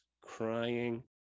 crying